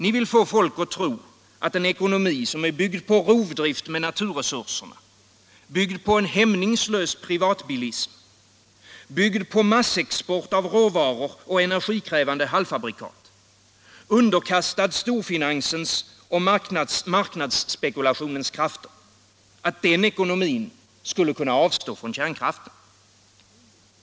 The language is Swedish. Ni vill få folk att tro att en ekonomi, byggd på rovdrift med naturresurserna, byggd på en hämningslös privatbilism, byggd på massexport av råvaror och energikrävande halvfabrikat samt underkastad storfinansens och marknadsspekulationens krafter, skulle kunna avstå från kärnkraften.